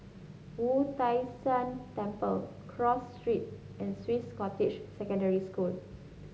Wu Tai Shan Temple Cross Street and Swiss Cottage Secondary School